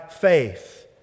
faith